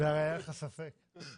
אם היה לך ספק...